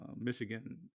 michigan